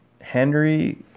Henry